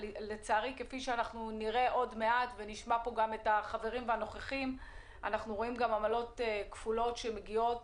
ולצערי אנחנו רואים שם עמלות כפולות שמגיעות